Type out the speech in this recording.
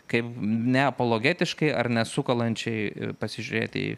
kaip ne apologetiškai ar ne sukalančiai pasižiūrėti į